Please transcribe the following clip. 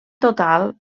total